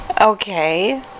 Okay